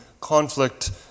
conflict